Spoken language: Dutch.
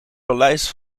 paleis